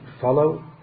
follow